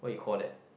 what you call that